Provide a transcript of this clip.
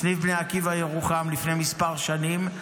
מסניף בני עקיבא ירוחם, לפני מספר שנים,